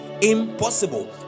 impossible